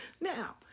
Now